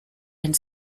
and